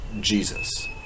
Jesus